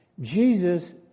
Jesus